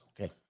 okay